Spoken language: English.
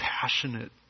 passionate